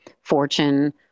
fortune